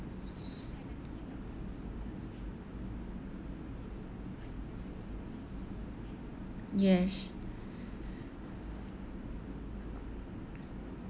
yes